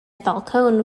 falcone